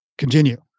Continue